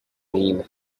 mean